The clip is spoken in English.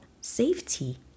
safety